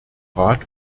rat